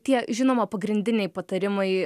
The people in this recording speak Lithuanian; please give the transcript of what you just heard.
tie žinoma pagrindiniai patarimai